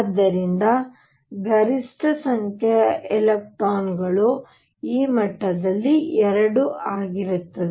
ಆದ್ದರಿಂದ ಗರಿಷ್ಠ ಸಂಖ್ಯೆಯ ಎಲೆಕ್ಟ್ರಾನ್ಗಳು ಈ ಮಟ್ಟದಲ್ಲಿ 2 ಆಗಿರುತ್ತದೆ